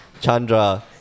Chandra